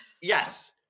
Yes